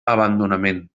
abandonament